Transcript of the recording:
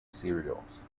cereals